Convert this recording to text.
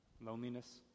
loneliness